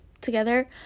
together